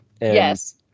Yes